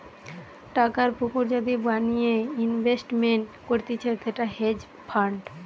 টাকার পুকুর যদি বানিয়ে ইনভেস্টমেন্ট করতিছে সেটা হেজ ফান্ড